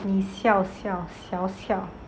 你笑笑笑笑